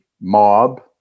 mob